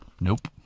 Nope